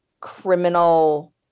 criminal